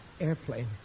airplane